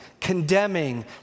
condemning